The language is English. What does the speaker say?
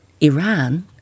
Iran